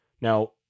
Now